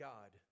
God